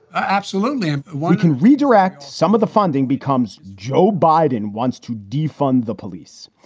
absolutely, we can redirect some of the funding becomes joe biden wants to defund the police,